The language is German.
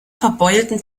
verbeulten